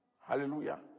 Hallelujah